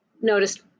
noticed